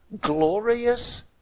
glorious